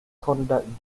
conduct